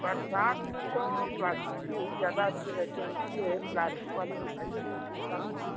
बरसात में तो प्लास्टिक के ही ज़्यादा अच्छे रहते हैं इसलिए प्लास्टिक वाले दिखाइए जो ठीक ठाक हों